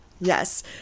yes